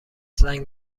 زنگ